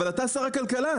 אבל אתה שר הכלכלה,